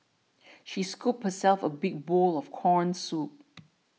she scooped herself a big bowl of Corn Soup